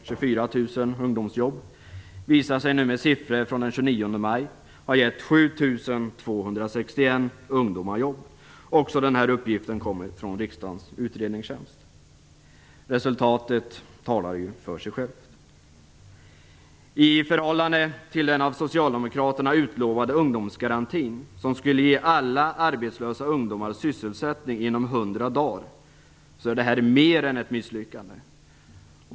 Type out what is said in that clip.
24 000 ungdomsjobb, visar sig nu genom siffror från den 29 maj ha gett 7 261 ungdomar jobb. Också denna uppgift kommer från riksdagens utredningstjänst. Resultatet talar ju för sig självt. Socialdemokraternas utlovade ungdomsgaranti, som skulle ge alla arbetslösa ungdomar sysselsättning inom 100 dagar, är mer än ett misslyckande.